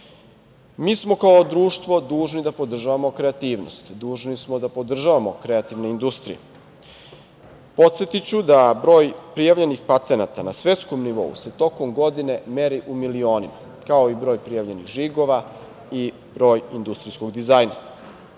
smo kao društvo dužni da podržavamo kreativnost, dužni smo da podržavamo kreativnu industriju. Podsetiću da broj prijavljenih patenata na svetskom nivou se tokom godine meri u milionima, kao i broj prijavljenih žigova i broj industrijskog dizajna. Dobar